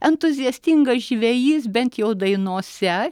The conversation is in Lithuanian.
entuziastingas žvejys bent jau dainose